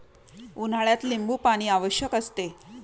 उन्हाळ्यात लिंबूपाणी आवश्यक असते